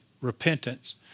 repentance